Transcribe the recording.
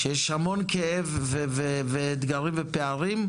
שיש המון כאב ואתגרים ופערים,